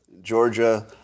Georgia